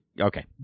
Okay